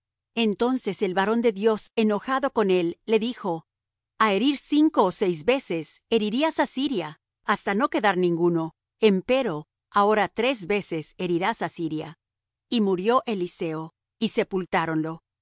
entonces el varón de dios enojado con él le dijo a herir cinco ó seis veces herirías á siria hasta no quedar ninguno empero ahora tres veces herirás á siria y murió eliseo y sepultáronlo